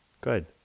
Good